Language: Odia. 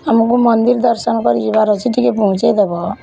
ଆମକୁ ମନ୍ଦିର ଦର୍ଶନ୍ କରିଯିବାର୍ ଅଛେ ଟିକେ ପହଞ୍ଚେଇ ଦେବ